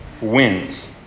wins